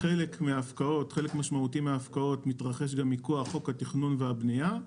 חלק משמעותי מההפקעות מתרחש גם מכוח חוק התכנון והבנייה,